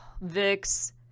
vix